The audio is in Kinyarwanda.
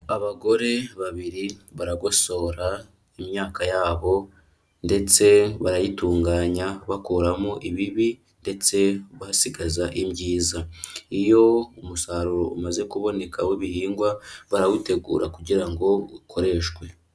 Abagore babiri baragosora imyaka yabo ndetse barayitunganya bakuramo ibibi ndetse basigaza ibyiza. Iyo umusaruro umaze kuboneka w'ibihingwa barawutegura kugira ngo ukoreshwe.